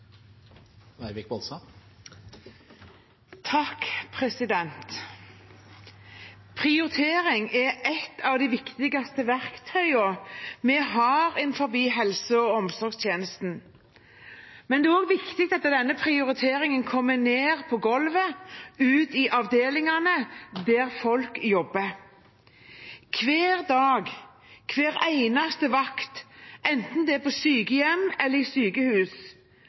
et av de viktigste verktøyene vi har innenfor helse- og omsorgstjenesten, men det er også viktig at denne prioriteringen kommer ned på golvet, ut i avdelingene, der folk jobber. Hver dag, hver eneste vakt, enten det er på sykehjem eller i sykehus,